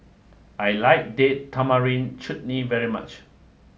I like Date Tamarind Chutney very much